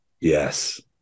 Yes